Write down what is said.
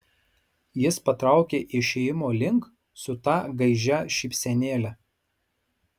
jis patraukė išėjimo link su ta gaižia šypsenėle